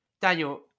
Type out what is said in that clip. Daniel